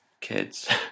kids